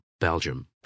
Belgium